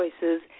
choices